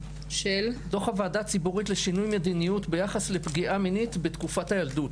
דוח הוועדה ציבורית לשינוי מדיניות ביחס לפגיעה מינית בתקופת הילדות.